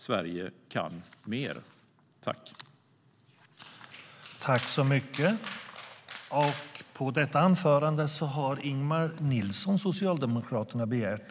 Sverige kan mer!I detta anförande instämde Ann-Charlotte Hammar Johnsson och Cecilie Tenfjord-Toftby .